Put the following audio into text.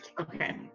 Okay